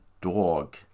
Dog